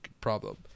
problem